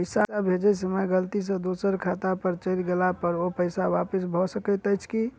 पैसा भेजय समय गलती सँ दोसर खाता पर चलि गेला पर ओ पैसा वापस भऽ सकैत अछि की?